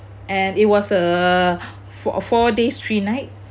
and it was a four four days three nights